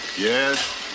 Yes